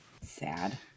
Sad